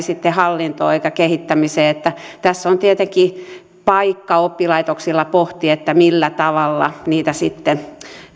sitten hallintoon eikä kehittämiseen että tässä on tietenkin paikka oppilaitoksilla pohtia millä tavalla sitten